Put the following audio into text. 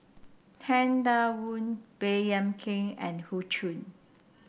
Tang Da Wu Baey Yam Keng and Hoey Choo